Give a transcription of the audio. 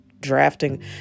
drafting